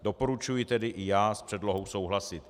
Doporučuji tedy i já s předlohou souhlasit.